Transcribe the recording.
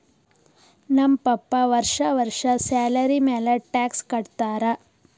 ನಮ್ ಪಪ್ಪಾ ವರ್ಷಾ ವರ್ಷಾ ಸ್ಯಾಲರಿ ಮ್ಯಾಲ ಟ್ಯಾಕ್ಸ್ ಕಟ್ಟತ್ತಾರ